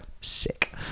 Sick